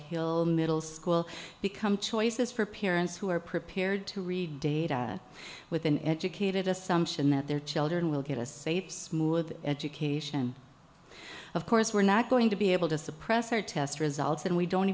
hill middle school become choices for parents who are prepared to read data with an educated assumption that their children will get a safe smooth education of course we're not going to be able to suppress or test results and we don't